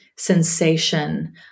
sensation